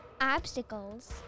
obstacles